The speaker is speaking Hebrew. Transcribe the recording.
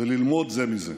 וללמוד זה מזה.